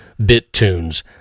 BitTunes